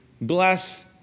bless